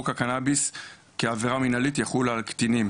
וחוק הקנאביס כעבירה מנהלית יחול על קטינים.